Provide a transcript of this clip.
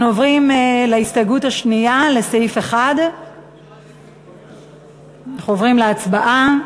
אנחנו עוברים להסתייגות השנייה לסעיף 1. אנחנו עוברים להצבעה.